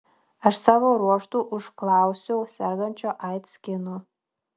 aš savo ruožtu užklausiau sergančio aids kino